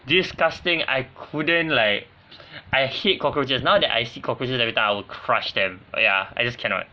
disgusting I couldn't like I hate cockroaches now that I see cockroaches every time I will crush them ya I just cannot